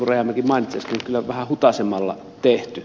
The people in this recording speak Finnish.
rajamäki mainitsi äsken kyllä vähän hutaisemalla tehty